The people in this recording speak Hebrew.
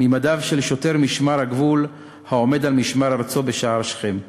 ממדיו של שוטר משמר הגבול העומד על משמר ארצו בשער שכם,